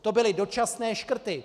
To byly dočasné škrty.